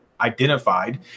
identified